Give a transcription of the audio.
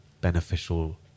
beneficial